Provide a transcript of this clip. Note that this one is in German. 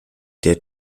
der